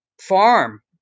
farm